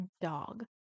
dog